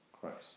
Christ